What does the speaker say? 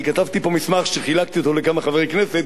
אני כתבתי פה מסמך שחילקתי לכמה חברי כנסת,